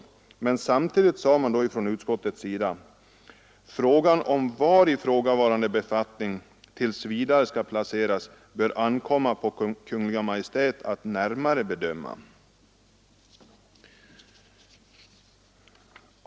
Men samtidigt sade utskottet att ”frågan om var ifrågavarande befattning tills vidare skall placeras bör ankomma på Kungl. Maj:t att närmare bedöma”.